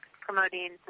promoting